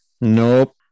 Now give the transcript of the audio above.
Nope